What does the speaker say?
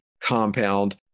compound